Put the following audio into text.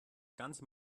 ganze